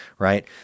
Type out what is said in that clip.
Right